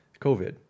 COVID